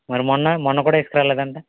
మరి మొన్న మొన్న కూడా వేసుకురాలేదంట